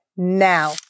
Now